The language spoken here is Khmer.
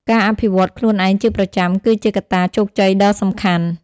ការអភិវឌ្ឍន៍ខ្លួនឯងជាប្រចាំគឺជាកត្តាជោគជ័យដ៏សំខាន់។